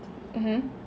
mmhmm